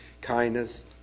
kindness